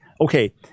Okay